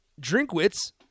Drinkwitz